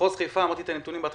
מחוז חיפה ומכון דרום.